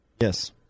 Yes